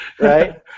Right